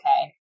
okay